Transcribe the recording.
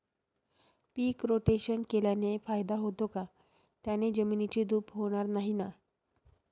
पीक rotation केल्याने फायदा होतो का? त्याने जमिनीची धूप होणार नाही ना?